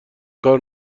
کار